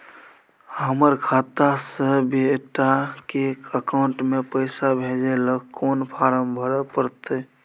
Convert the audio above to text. हमर खाता से बेटा के अकाउंट में पैसा भेजै ल कोन फारम भरै परतै?